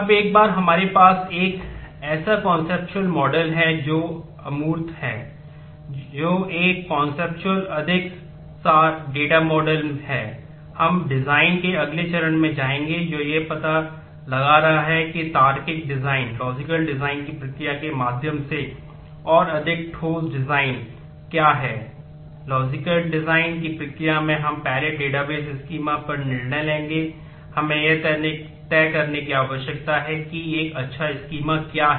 अब एक बार हमारे पास एक ऐसा कॉन्सेप्तुअल मॉडल क्या है